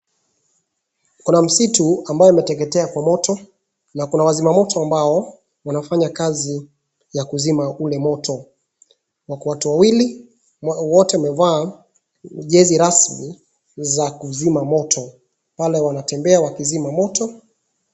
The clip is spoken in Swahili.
Kuna msitu ambao unateketea kwa moto na wazimamoto ambao wanafanya kazi ya kuuzima ule moto. Wako watu wawili na wote wamevaa jezi rasmi za kuzima moto pale wanatembea wakizima moto.